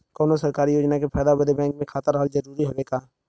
कौनो सरकारी योजना के फायदा बदे बैंक मे खाता रहल जरूरी हवे का?